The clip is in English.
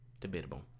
debatable